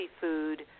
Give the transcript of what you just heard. food